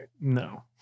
No